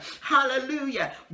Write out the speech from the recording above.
Hallelujah